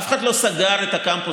אף אחד לא סגר את הקמפוס.